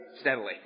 steadily